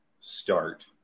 start